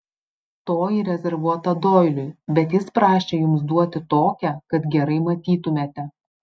toji rezervuota doiliui bet jis prašė jums duoti tokią kad gerai matytumėte